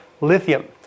lithium